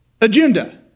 agenda